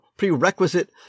prerequisite